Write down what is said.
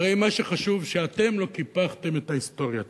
הרי מה שחשוב הוא שאתם לא קיפחתם את ההיסטוריה הציונית.